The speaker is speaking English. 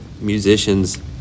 musicians